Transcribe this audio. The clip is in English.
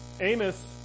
Amos